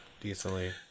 decently